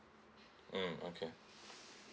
mm okay